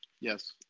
Yes